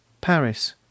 Paris